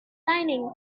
lining